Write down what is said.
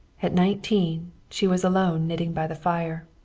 at nineteen she was alone knitting by the fire,